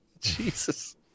Jesus